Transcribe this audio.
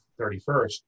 31st